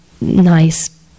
nice